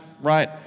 right